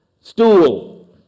stool